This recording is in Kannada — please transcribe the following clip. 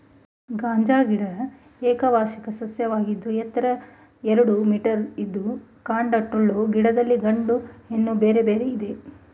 ಗಾಂಜಾ ಗಿಡ ಏಕವಾರ್ಷಿಕ ಸಸ್ಯವಾಗಿದ್ದು ಎತ್ತರ ಎರಡು ಮೀಟರಿದ್ದು ಕಾಂಡ ಟೊಳ್ಳು ಗಿಡದಲ್ಲಿ ಗಂಡು ಹೆಣ್ಣು ಬೇರೆ ಬೇರೆ ಇದೆ